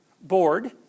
board